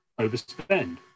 overspend